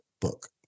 book